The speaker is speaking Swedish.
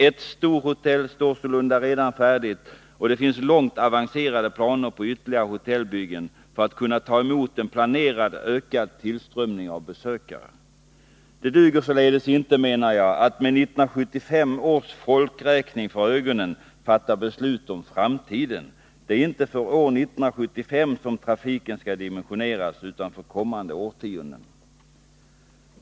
Ett storhotell står sålunda redan färdigt, och det finns långt avancerade planer på ytterligare hotellbyggen för att kunna ta emot en planerad ökad tillströmning av besökare. Det duger således inte att med 1975 års folkräkning för ögonen fatta beslut om framtiden. Det är inte för år 1975 som trafiken skall dimensioneras utan för kommande årtionden.